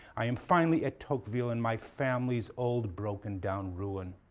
i am finally at tocqueville in my family's old, broken down ruin.